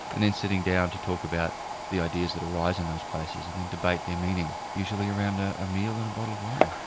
and then sitting down to talk about the ideas that arise in those places, and then debate their meaning, usually around a a meal and a bottle of wine.